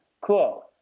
Cool